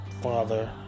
father